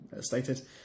stated